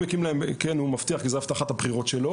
הוא מבטיח כי זאת הבטחת הבחירות שלו